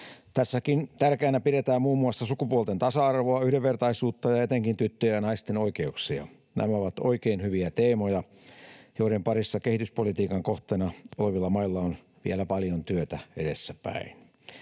Tässäkin tärkeänä pidetään muun muassa sukupuolten tasa-arvoa, yhdenvertaisuutta ja etenkin tyttöjen ja naisten oikeuksia. Nämä ovat oikein hyviä teemoja, joiden parissa kehityspolitiikan kohteena olevilla mailla on vielä paljon työtä edessäpäin.